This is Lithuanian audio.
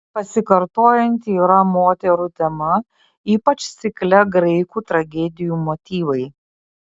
pasikartojanti yra moterų tema ypač cikle graikų tragedijų motyvai